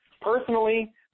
Personally